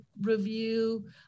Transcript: review